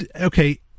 Okay